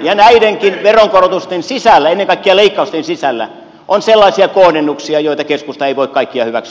ja näidenkin veronkorotusten sisällä ennen kaikkea leikkausten sisällä on sellaisia kohdennuksia joita keskusta ei voi kaikkia hyväksyä